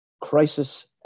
crisis